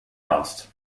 asked